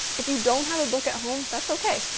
if you don't have a book at home, that's okay.